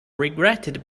regretted